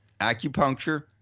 acupuncture